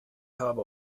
habe